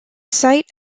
site